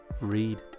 Read